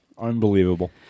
Unbelievable